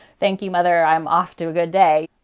thank you, mother. i am off to a good day.